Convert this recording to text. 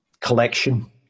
collection